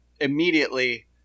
immediately